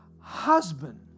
husband